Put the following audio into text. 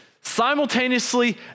simultaneously